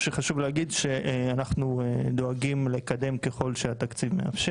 אנחנו דואגים לקדם ככל שהתקציב מאפשר.